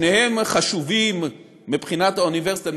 שתיהן חשובות מבחינת האוניברסיטה,